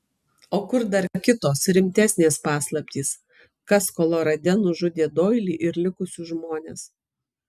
o kur dar kitos rimtesnės paslaptys kas kolorade nužudė doilį ir likusius žmones